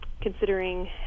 considering